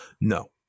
No